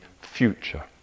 future